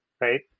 right